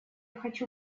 хочу